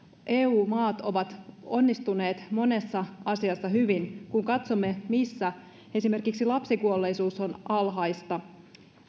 eu maat ovat onnistuneet monessa asiassa hyvin kun katsomme missä esimerkiksi lapsikuolleisuus on alhaista